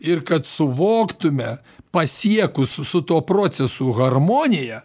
ir kad suvoktume pasiekus su tuo procesu harmoniją